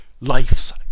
life's